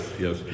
yes